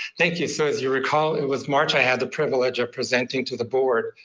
thank you, so, as you recall, it was march, i had the privilege of presenting to the board,